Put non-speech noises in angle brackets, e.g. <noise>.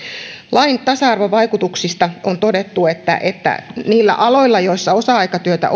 lain tasa arvovaikutuksista on todettu että että niillä aloilla joilla on osa aikatyötä <unintelligible>